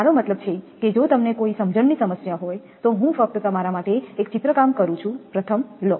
મારો મતલબ છે કે જો તમને કોઈ સમજણની સમસ્યા હોય તો હું ફક્ત તમારા માટે એક ચિત્રકામ કરું છું પ્રથમ લો